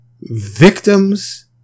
victims